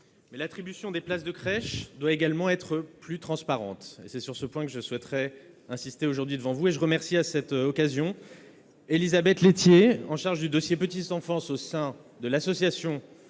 L'attribution des places de crèche doit également être plus transparente. C'est sur ce point que je souhaiterais insister aujourd'hui devant vous. Je salue à cette occasion Élisabeth Laithier, chargée du dossier « petite enfance » au sein de l'Association